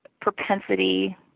propensity